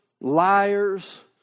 liars